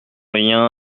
rien